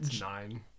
nine